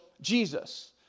jesus